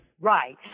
Right